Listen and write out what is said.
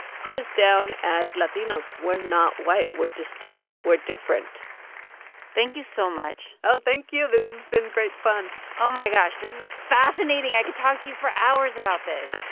put us down as latinos. we're not white. we're distinct. we're different thank you so much oh, thank you. this has been great fun oh, my gosh. this is fascinating. i could talk to you for hours about this